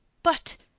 but.